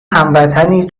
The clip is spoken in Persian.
هموطنی